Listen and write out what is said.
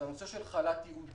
לגבי הנושא של חל"ת ייעודי,